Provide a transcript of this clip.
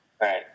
Right